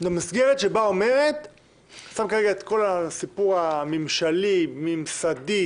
אני שם כרגע את על סיפור הממשל, הממסד,